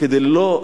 כדי לא,